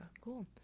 Cool